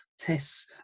Tests